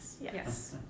yes